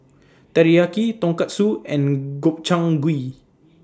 Teriyaki Tonkatsu and Gobchang Gui